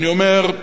אני אומר,